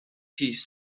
piece